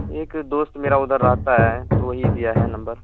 ایک دوست میرا ادھر رہتا ہے تو وہی دیا ہے نمبر